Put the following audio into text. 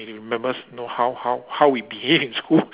and they remembers know how how how we behave in school